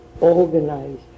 organized